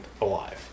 alive